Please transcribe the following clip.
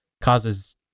causes